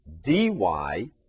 dy